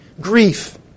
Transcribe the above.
Grief